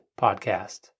podcast